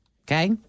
Okay